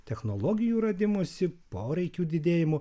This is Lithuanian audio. technologijų radimusi poreikių didėjimu